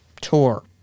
tour